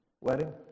wedding